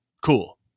cool